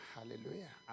Hallelujah